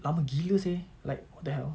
lama gila seh like what the hell